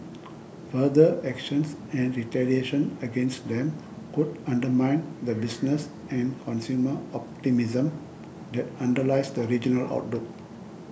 further actions and retaliation against them could undermine the business and consumer optimism that underlies the regional outlook